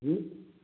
जी